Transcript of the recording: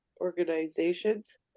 organizations